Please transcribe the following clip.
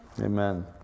Amen